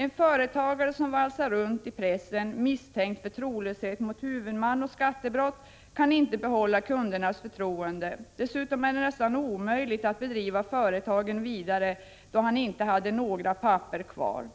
En företagare som valsar runt i pressen misstänkt för trolöshet mot huvudman och skattebrott kan inte behålla kundernas förtroende. Dessutom var det nästan omöjligt för honom att driva sina företag vidare, då han inte hade några handlingar kvar.